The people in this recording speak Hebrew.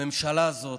הממשלה הזאת,